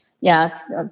Yes